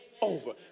over